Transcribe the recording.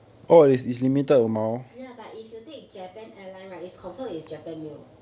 ya but if you take japan airline right is confirm is japan meal